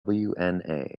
wna